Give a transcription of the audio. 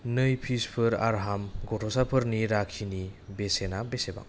नै पिसफोर आर्हाम गथ'साफोरनि राखिनि बेसेना बेसेबां